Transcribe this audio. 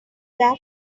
that